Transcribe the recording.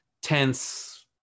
tense